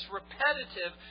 repetitive